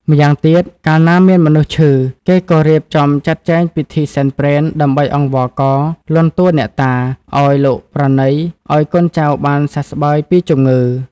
ម្យ៉ាងទៀត កាលណាមានមនុស្សឈឺ គេក៏រៀបចំចាត់ចែងពិធីសែនព្រេន ដើម្បីអង្វរករ លន់តួអ្នកតា ឱ្យលោកប្រណីឲ្យកូនចៅបានសះស្បើយពីជំងឺ។